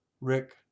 Rick